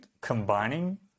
combining